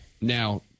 Now